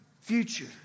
future